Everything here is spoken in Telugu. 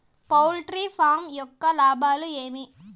పౌల్ట్రీ ఫామ్ యొక్క లాభాలు ఏమి